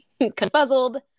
confuzzled